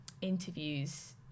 interviews